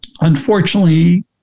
unfortunately